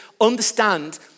understand